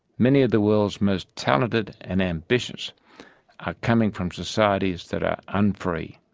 many of the world's most talented and ambitious are coming from societies that are unfree,